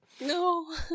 No